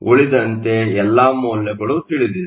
ಉಳಿದಂತೆ ಎಲ್ಲ ಮೌಲ್ಯಗಳು ತಿಳಿದಿದೆ